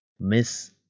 miss